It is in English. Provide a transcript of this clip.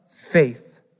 faith